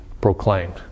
proclaimed